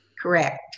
Correct